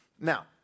Now